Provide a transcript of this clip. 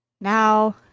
Now